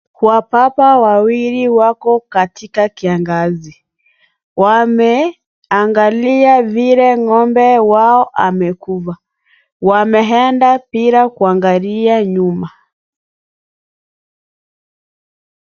Kwa papa wawili wako katika kiangazi, wame, angalia vile ngombe wao amekuva, wamehenda pira, kuangalia nyuma.